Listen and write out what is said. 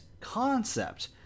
concept